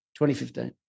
2015